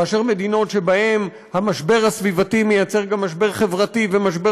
כאשר מדינות שבהן המשבר הסביבתי מייצר גם משבר חברתי ומשבר